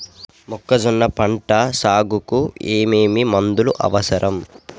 మొక్కజొన్న పంట సాగుకు ఏమేమి మందులు అవసరం?